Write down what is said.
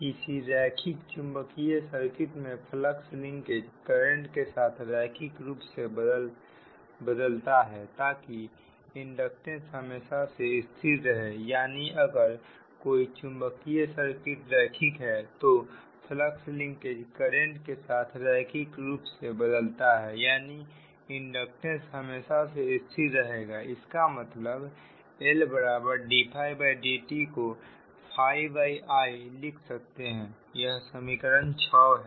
किसी रैखिक चुंबकीय सर्किट में फ्लक्स लिंकेज करंट के साथ रैखिक रूप से बदलता है ताकि इंडक्टेंस हमेशा से स्थिर रहे यानी अगर कोई चुंबकीय सर्किट रैखिक है तो फ्लक्स लिंकेज करंट के साथ रैखिक रूप से बदलता है यानी इंडक्टेंस हमेशा से स्थिर रहेगा इसका मतलब Lddi को i लिख सकते हैं यह समीकरण 6 है